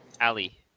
Ali